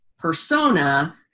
persona